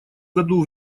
году